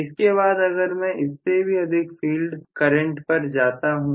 इसके बाद अगर मैं इससे भी अधिक फील्ड करें पर जाता हूं